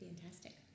Fantastic